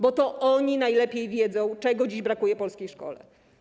Bo to oni najlepiej wiedzą, czego dziś brakuje polskiej szkole.